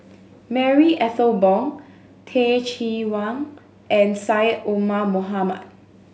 Marie Ethel Bong Teh Cheang Wan and Syed Omar Mohamed